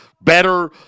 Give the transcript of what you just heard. better